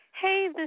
Hey